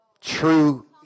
True